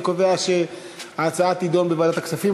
אני קובע שההצעה תידון בוועדת הכספים.